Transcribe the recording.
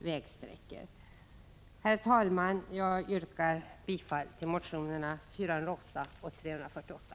Herr talman! Jag yrkar bifall till motionerna 408 och 348.